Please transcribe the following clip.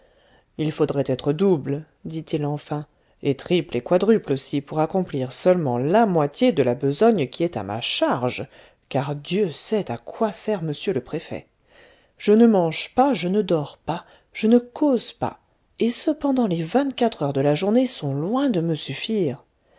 il faudrait être double dit-il enfin et triple et quadruple aussi pour accomplir seulement la moitié de la besogne qui est à ma charge car dieu sait à quoi sert m le préfet je ne mange pas je ne dors pas je ne cause pas et cependant les vingt-quatre heures de la journée sont loin de me suffire